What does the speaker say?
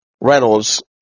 Reynolds